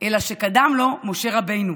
אלא שקדם לו משה רבנו.